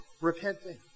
repenting